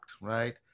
right